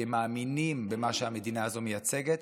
כי הם מאמינים במה שהמדינה הזו מייצגת,